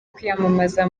kwiyamamaza